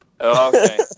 okay